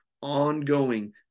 ongoing